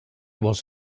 was